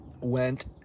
went